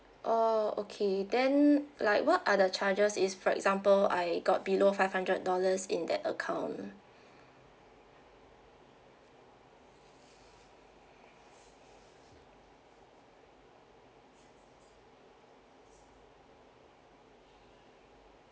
oh okay then like what are the charges is for example I got below five hundred dollars in that account